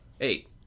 Eight